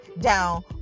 down